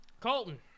Colton